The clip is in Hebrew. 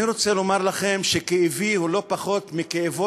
אני רוצה לומר לכם שכאבי הוא לא פחות מכאבו